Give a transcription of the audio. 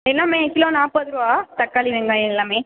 எல்லாமே கிலோ நாற்பதுருவா தக்காளி வெங்காயம் எல்லாமே